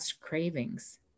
cravings